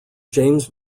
james